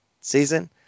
season